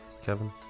Kevin